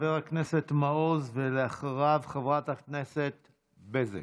חבר הכנסת מעוז, ואחריו, חברת הכנסת בזק.